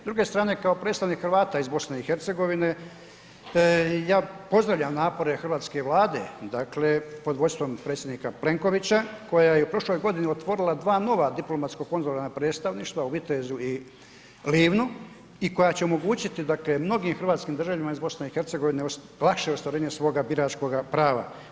S druge strane, kao predstavnik Hrvata iz BIH, ja pozdravljam napore hrvatske vlade, dakle, pod vodstvom predsjednika Plenkovića, koja je u prošloj godini otvorila 2 nova diplomatska konzularna predstavništva u Vitezu i Livnu i koja će omogućiti dakle, mnogim hrvatskim državljanima iz BIH, vaše ostvarenje svoga biračkoga prava.